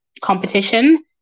competition